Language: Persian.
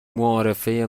معارفه